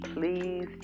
please